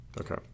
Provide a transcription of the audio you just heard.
Okay